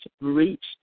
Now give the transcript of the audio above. reached